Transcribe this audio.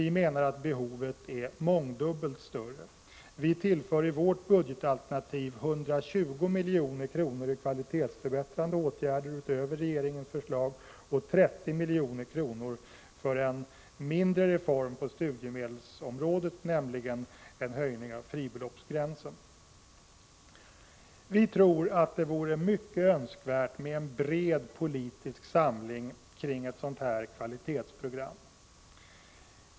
Vi menar att behovet är mångdubbelt större. Vi föreslår i vårt budgetalternativ 120 milj.kr. i kvalitetsförbättrande åtgärder utöver regeringens förslag och 30 milj.kr. för en mindre reform på studiemedelsområdet, nämligen en höjning av fribeloppsgränsen. Vi tror att det vore mycket önskvärt med en bred politisk samling kring ett sådant kvalitetsprogram.